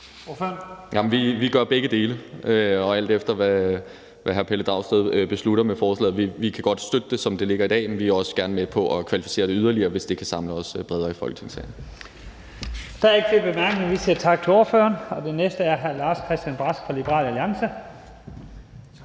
Vi gør begge dele, alt efter hvad hr. Pelle Dragsted beslutter med forslaget. Vi kan godt støtte det, som det foreligger i dag, men vi er også med på at kvalificere det yderligere, hvis det kan samle os bredere i Folketingssalen. Kl. 14:13 Første næstformand (Leif Lahn Jensen): Der er ikke flere korte bemærkninger.